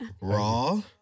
Raw